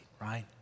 right